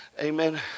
amen